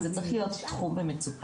זה צריך להיות תחום במצוקה.